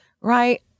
right